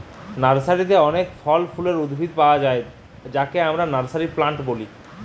নার্সারিতে অনেক ফল ফুলের উদ্ভিদ পায়া যায় যাকে আমরা নার্সারি প্লান্ট বলি